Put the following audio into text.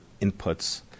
inputs